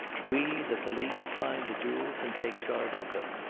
we, the police, find the jewels and take charge of them.